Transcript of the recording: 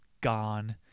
Gone